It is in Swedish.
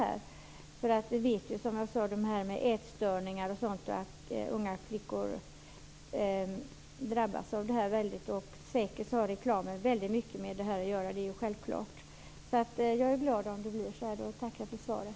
Som jag sade vet vi ju hur det är med ätstörningar, dvs. att unga flickor drabbas mycket av det, och att reklamen säkert har mycket att göra med detta. Det är ju självklart. Jag är alltså glad om det blir så här, och jag tackar för svaret.